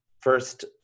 first